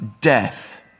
death